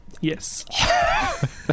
yes